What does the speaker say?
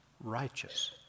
righteous